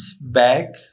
back